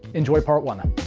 enjoy part one.